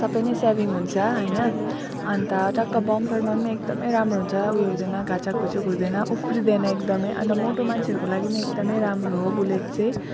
सबै नै सेभिङ हुन्छ हैन अनि त टक्क बम्फरमा पनि एकदमै राम्रो हुन्छ ऊ यो हुँदैन घाचाकघुचुक हुँदैन उफ्रिँदैन अनि त मोटो मान्छेहरूको लागि नि एकदमै राम्रो हो बुलेट चाहिँ